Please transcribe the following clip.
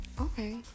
Okay